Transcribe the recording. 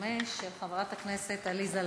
305 של חברת הכנסת עליזה לביא: